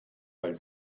weil